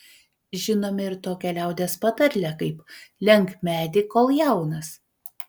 žinome ir tokią liaudies patarlę kaip lenk medį kol jaunas